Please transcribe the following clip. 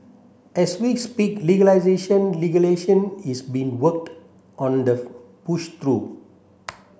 as we speak legalisation is being worked on the pushed through